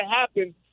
happen